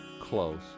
close